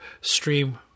stream